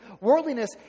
Worldliness